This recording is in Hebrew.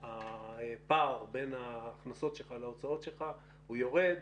הפער בין ההכנסות שלך להוצאות שלך הוא יורד,